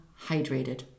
hydrated